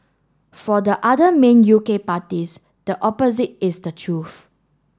for the other main U K parties the opposite is the truth